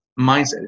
Mindset